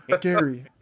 Gary